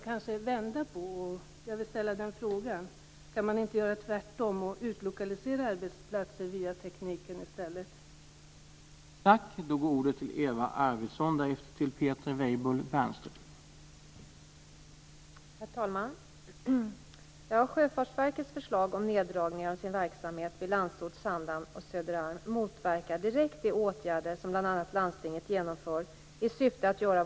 Jag vill ställa frågan om man inte kan göra tvärtom, dvs. utlokalisera arbetsplatser med hjälp av insättande av teknik.